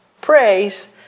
praise